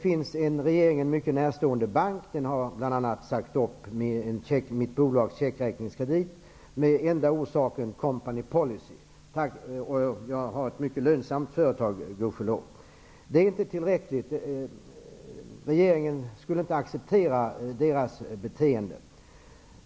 En regeringen närstående bank har sagt upp mitt bolags checkräkningskredit med enda motivering att det skulle vara ''company policy''. Jag har gudskelov ett mycket lönsamt företag. Regeringen borde inte acceptera detta beteende.